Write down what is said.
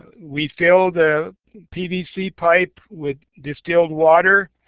we fill the pvc pipe with distilled water,